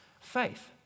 faith